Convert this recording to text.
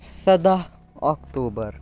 سۄداہ October